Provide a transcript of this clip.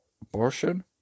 abortion